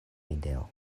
ideo